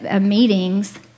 meetings